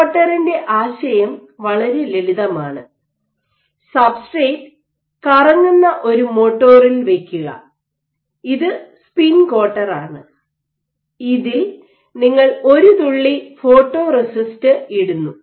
spin കോട്ടറിന്റെ ആശയം വളരെ ലളിതമാണ് സബ്സ്ട്രേറ്റ് കറങ്ങുന്ന ഒരു മോട്ടോറിൽ വയ്ക്കുക ഇത് സ്പിൻ കോട്ടറാണ് ഇതിൽ നിങ്ങൾ ഒരു തുള്ളി ഫോട്ടോറെസിസ്റ്റ് ഇടുന്നു